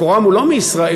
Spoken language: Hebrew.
מקורם הוא לא מישראל.